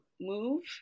move